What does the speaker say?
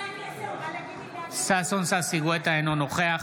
אינו נוכח